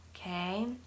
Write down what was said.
Okay